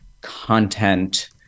content